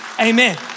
Amen